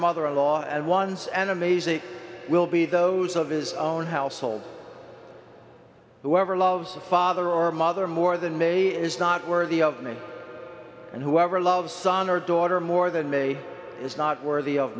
mother in law and once an amazing will be those of his own household whoever loves the father or mother more than me is not worthy of me and whoever loves son or daughter more than me is not worthy of